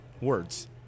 words